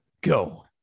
go